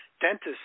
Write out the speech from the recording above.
dentists